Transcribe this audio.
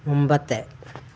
മുമ്പത്തെ